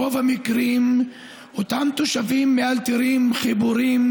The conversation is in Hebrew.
ברוב המקרים אותם תושבים מאלתרים חיבורים